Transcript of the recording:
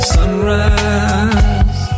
Sunrise